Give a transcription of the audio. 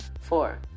Four